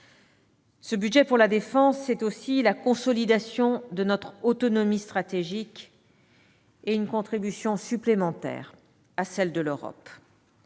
Ce budget pour la défense, c'est aussi la consolidation de notre autonomie stratégique et une contribution supplémentaire à celle de l'Europe.